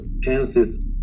chances